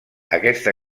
aquesta